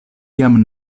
jam